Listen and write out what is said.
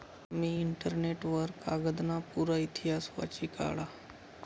मी internet वर कागदना पुरा इतिहास वाची काढा